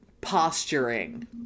posturing